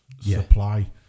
supply